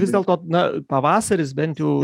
vis dėlto na pavasaris bent jau